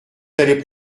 allez